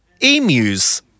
emus